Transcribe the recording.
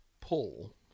pull